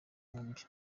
bihumbi